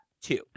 two